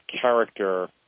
character